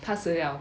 它死了